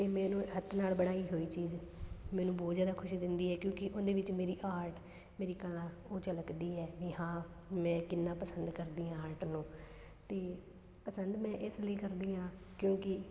ਅਤੇ ਮੈਨੂੰ ਹੱਥ ਨਾਲ ਬਣਾਈ ਹੋਈ ਚੀਜ਼ ਮੈਨੂੰ ਬਹੁਤ ਜ਼ਿਆਦਾ ਖੁਸ਼ੀ ਦਿੰਦੀ ਹੈ ਕਿਉਂਕਿ ਉਹਦੇ ਵਿੱਚ ਮੇਰੀ ਆਰਟ ਮੇਰੀ ਕਲਾ ਉਹ ਝਲਕਦੀ ਹੈ ਵੀ ਹਾਂ ਮੈਂ ਕਿੰਨਾ ਪਸੰਦ ਕਰਦੀ ਹਾਂ ਆਰਟ ਨੂੰ ਅਤੇ ਪਸੰਦ ਮੈਂ ਇਸ ਲਈ ਕਰਦੀ ਹਾਂ ਕਿਉਂਕਿ